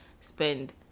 spend